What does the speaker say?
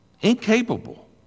incapable